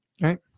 right